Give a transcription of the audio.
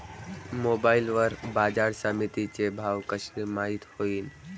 Mobile वर बाजारसमिती चे भाव कशे माईत होईन?